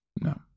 no